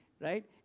right